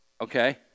okay